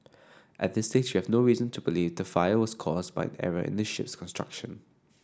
at this stage we have no reason to believe the fire was caused by an error in the ship's construction